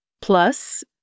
Plus